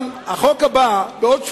החוק הבא, בעוד שבועיים,